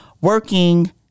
working